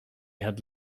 had